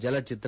ಜಲಚಿತ್ರ